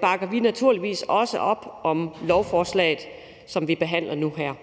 bakker vi naturligvis også op om lovforslaget, som vi behandler nu her.